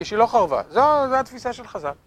כי שילה חרבה, זו התפיסה של חז"ל